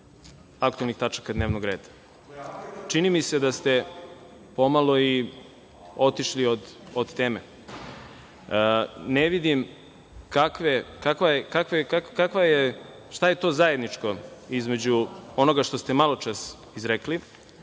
aktuelnih tačaka dnevnog reda. čini mi se da ste pomalo i otišli od teme. Ne vidim šta je zajedničko između onoga što se maločas rekli,